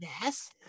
yes